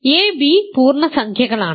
A B പൂർണ്ണസംഖ്യകളാണ്